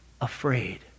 afraid